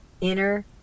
inner